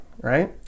right